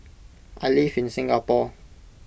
I live in Singapore